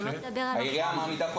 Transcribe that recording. העירייה מעמידה ניידות?